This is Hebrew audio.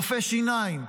רופאי שיניים,